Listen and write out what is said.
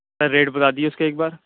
سر rate بتا دیجیے اس کا ایک بار